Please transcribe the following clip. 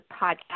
Podcast